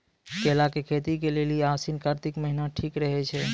केला के खेती के लेली आसिन कातिक महीना ठीक रहै छै